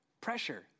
Pressure